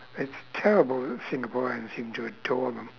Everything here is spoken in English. it's terrible that singaporeans seem to adore them